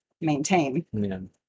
maintain